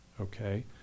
okay